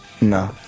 No